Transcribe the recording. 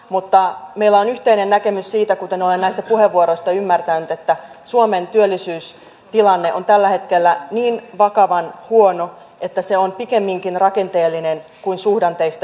mutta meillä on yhteinen näkemys siitä kuten olen näistä puheenvuoroista ymmärtänyt että suomen työllisyystilanne on tällä hetkellä niin vakavan huono että se on pikemminkin rakenteellinen kuin suhdanteista johtuva